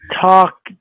talk